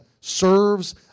serves